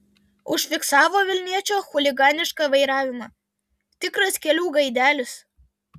užfiksavo vilniečio chuliganišką vairavimą tikras kelių gaidelis